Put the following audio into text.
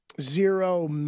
Zero